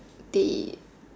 they